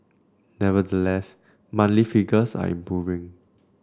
nevertheless monthly figures are improving